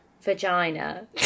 vagina